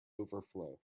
overflow